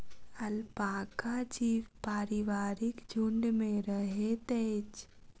alpaca जीव पारिवारिक झुण्ड में रहैत अछि